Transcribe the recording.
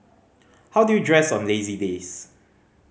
how do you dress on lazy days